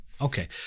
Okay